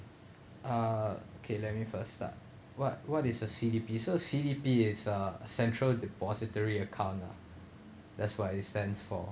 uh okay let me first start what what is a C_D_P so C_D_P is a central depository account lah that's what it stands for